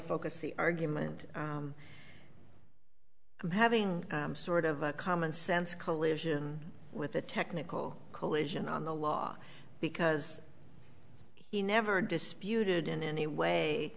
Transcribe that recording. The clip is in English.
focus the argument i'm having sort of a common sense collision with a technical collision on the law because he never disputed in any way